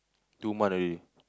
two month away